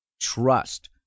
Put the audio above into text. Trust